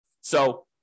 So-